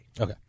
Okay